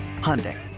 Hyundai